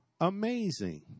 amazing